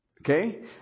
Okay